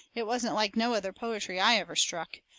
it wasn't like no other poetry i ever struck.